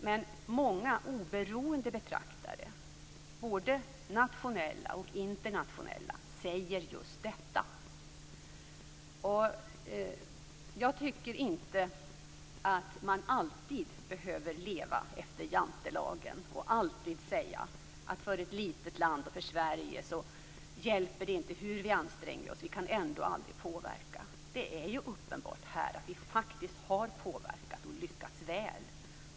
Men många oberoende betraktare, både nationella och internationella, säger just detta. Jag tycker inte att man alltid behöver leva efter Jantelagen och säga att det inte hjälper hur vi än anstränger oss i ett litet land som Sverige, eftersom vi ju ändå aldrig kan påverka. Det är uppenbart att vi faktiskt har påverkat och lyckats väl.